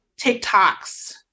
tiktoks